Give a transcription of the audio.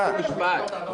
ומשפט.